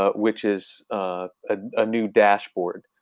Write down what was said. ah which is a new dashboard.